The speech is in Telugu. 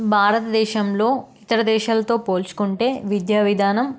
భారతదేశంలో ఇతర దేశాలతో పోల్చుకుంటే విద్యా విధానం